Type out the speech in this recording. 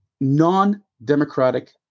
non-democratic